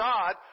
God